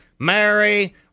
Mary